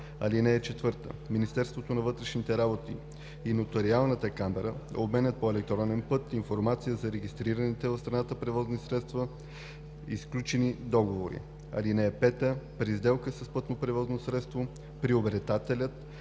средство. (4) Министерството на вътрешните работи и Нотариалната камара обменят по електронен път информация за регистрираните в страната превозни средства и сключените договори. (5) При сделка с пътно превозно средство приобретателят